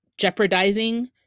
jeopardizing